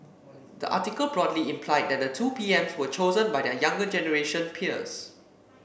the article broadly implied that the two P Ms were chosen by their younger generation peers